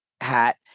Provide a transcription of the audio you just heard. hat